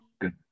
Good